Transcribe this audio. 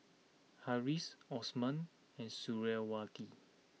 Harris Osman and Suriawati